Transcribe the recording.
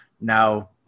now